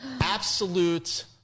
absolute